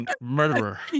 Murderer